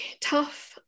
tough